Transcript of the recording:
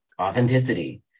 authenticity